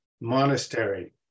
monastery